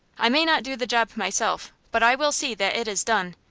i may not do the job myself, but i will see that it is done.